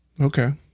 Okay